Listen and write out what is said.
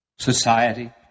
society